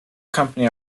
company